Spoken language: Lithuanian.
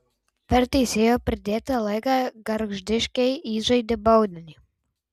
per teisėjo pridėtą laiką gargždiškiai įžaidė baudinį